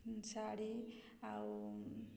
ଶାଢ଼ୀ ଆଉ